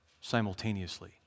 simultaneously